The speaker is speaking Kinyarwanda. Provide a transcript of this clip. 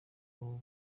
ubu